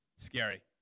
scary